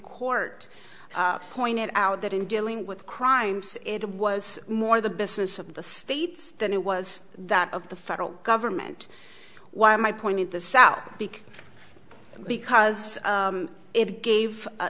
court pointed out that in dealing with crimes it was more the business of the states than it was that of the federal government why am i pointed this out because because it gave